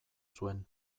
zuen